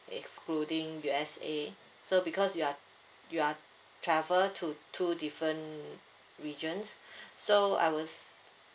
excluding U_S_A so because you are you are travel to two different regions so I will s~